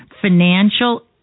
financial